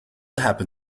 happen